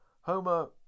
Homer